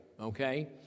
okay